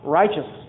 righteous